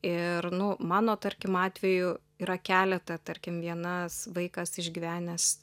ir nu mano tarkim atveju yra keleta tarkim vienas vaikas išgyvenęs